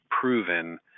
proven